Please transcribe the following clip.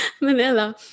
Manila